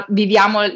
viviamo